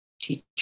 teacher